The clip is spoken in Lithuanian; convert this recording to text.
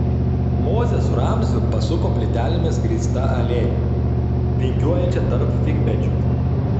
mozė su ramziu pasuko plytelėmis grįsta alėja vingiuojančia tarp figmedžių